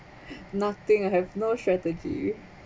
nothing I have no strategy